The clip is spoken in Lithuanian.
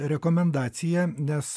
rekomendacija nes